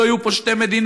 לא יהיו פה שתי מדינות,